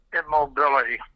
immobility